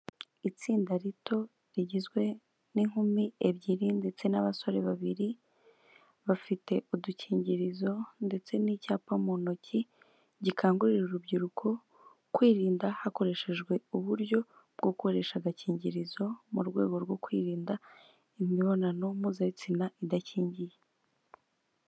Itsinda rito rigizwe n'inkumi ebyiri ndetse n'abasore babiri, bafite udukingirizo ndetse n'icyapa mu ntoki, gikangurira urubyiruko kwirinda hakoreshejwe uburyo bwo gukoresha agakingirizo, mu rwego rwo kwirinda imibonano mpuzabitsina idakingiye.